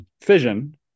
fission